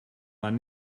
man